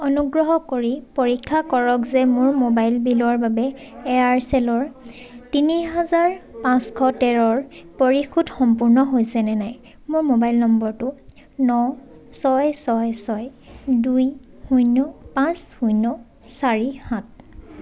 অনুগ্ৰহ কৰি পৰীক্ষা কৰক যে মোৰ মোবাইল বিলৰ বাবে এয়াৰচেলৰ তিনি হাজাৰ পাঁচশ তেৰৰ পৰিশোধ সম্পূৰ্ণ হৈছেনে নাই মোৰ মোবাইল নম্বৰটো ন ছয় ছয় ছয় দুই শূন্য পাঁচ শূন্য চাৰি সাত